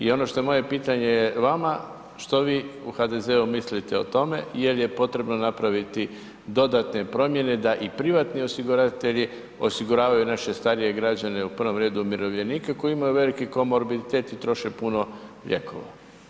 I ono što moje pitanje je vama, što vi u HDZ-u mislite o tome jel je potrebno napraviti dodatne promjene da i privatni osiguravatelji osiguravaju naše starije građane, u prvom redu umirovljenike koji imaju veliki komorbiditet i troše puno lijekova?